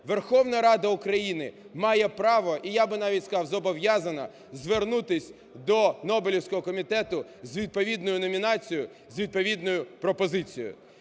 Верховна Рада України має право, і я би навіть сказав, зобов'язана звернутися до Нобелівського комітету з відповідною номінацією, з відповідною пропозицією.